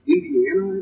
Indiana